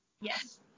Yes